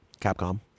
capcom